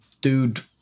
dude